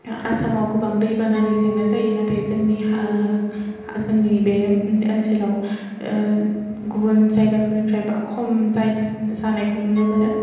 आसामाव गोबां दैबानानि जेंना जायो नाथाय जोंनि हा जोंनि बे ओनसोलाव गुबन जायगाफोरनिफ्राय खम जानायखौ नुनो मोनो